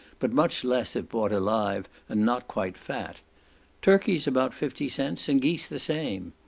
but much less if bought alive, and not quite fat turkeys about fifty cents, and geese the same.